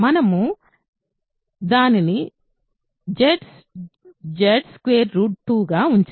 మనము దానిని Z 2 గా ఉంచాము